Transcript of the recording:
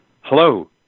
Hello